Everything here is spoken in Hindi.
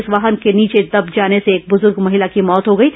इस वाहन के नीचे दब जाने से एक बुजुर्ग महिला की मौत हो गई है